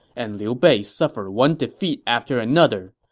and liu bei suffered one defeat after another.